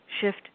shift